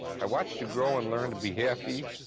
i watched you grow and learn to be happy.